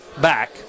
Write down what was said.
back